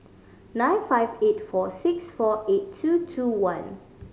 nine five eight four six four eight two two one